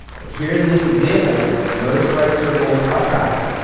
but here in this example, notice where i circled pawtrax.